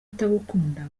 atagukunda